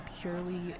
purely